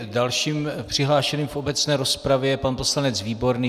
Dalším přihlášeným v obecné rozpravě je pan poslanec Výborný.